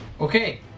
Okay